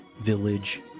Village